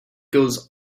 goes